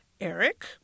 Eric